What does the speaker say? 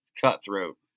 Cutthroat